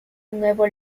nuevo